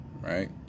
right